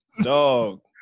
dog